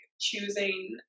choosing